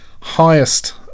highest